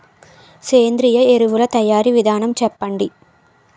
సేంద్రీయ ఎరువుల తయారీ విధానం చెప్పండి?